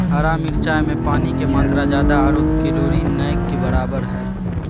हरा मिरचाय में पानी के मात्रा ज्यादा आरो कैलोरी नय के बराबर हइ